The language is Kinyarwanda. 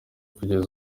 kugeza